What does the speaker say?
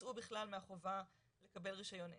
הוצאו בכלל מהחובה לקבל רישיון עסק,